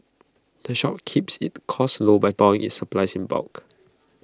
the shop keeps its costs low by buying its supplies in bulk